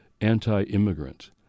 anti-immigrant